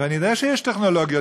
אני יודע שיש טכנולוגיות.